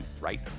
right